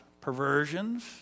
perversions